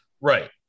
right